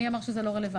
מי אמר שזה לא רלוונטי?